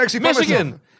Michigan